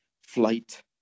flight